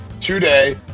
today